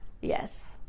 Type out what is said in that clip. Yes